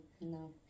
no